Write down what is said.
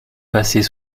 passait